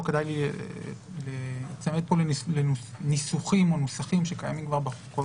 כדאי להיצמד כאן לניסוחים או נוסחים שקיימים כבר.